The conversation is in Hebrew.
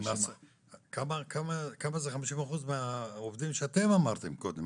כמה זה 50% מהעובדים שאתם אמרתם קודם,